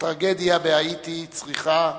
הטרגדיה בהאיטי צריכה,